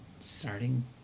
starting